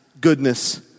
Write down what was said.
goodness